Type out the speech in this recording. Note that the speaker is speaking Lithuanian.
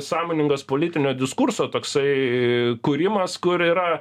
sąmoningas politinio diskurso toksai kūrimas kur yra